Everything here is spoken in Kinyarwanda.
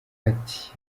ati